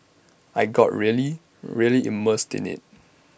I got really really immersed in IT